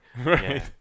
right